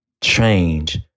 change